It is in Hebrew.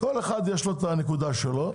כל אחד יש לו את הנקודה שלו,